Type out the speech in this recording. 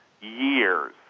years